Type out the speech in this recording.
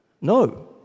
no